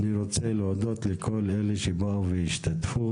אני רוצה להודות לכל אלה שבאו והשתתפו,